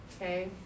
okay